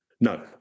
no